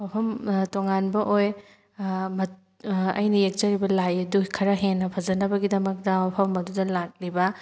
ꯃꯐꯝ ꯇꯣꯉꯥꯟꯕ ꯑꯣꯏ ꯑꯩꯅ ꯌꯦꯛꯆꯔꯤꯕ ꯂꯥꯏ ꯑꯗꯨ ꯈꯔ ꯍꯦꯟꯅ ꯐꯖꯅꯕꯒꯤꯃꯗꯛꯇ ꯃꯐꯝ ꯑꯗꯨꯗ ꯂꯥꯛꯂꯤꯕ